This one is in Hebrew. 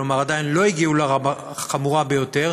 כלומר עדיין לא הגיעו לרמה החמורה ביותר,